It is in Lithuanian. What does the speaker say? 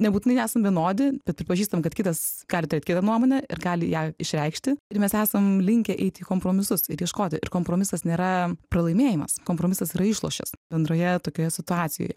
nebūtinai esam vienodi bet pripažįstam kad kitas gali turėt kitą nuomonę ir gali ją išreikšti ir mes esam linkę eiti į kompromisus ir ieškoti ir kompromisas nėra pralaimėjimas kompromisas yra išlošis bendroje tokioje situacijoje